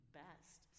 best